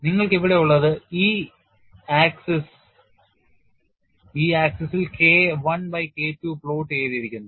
നിങ്ങൾക്ക് ഇവിടെയുള്ളത് ഈ അക്ഷത്തിൽ K I by K II plot ചെയ്തിരിക്കുന്നു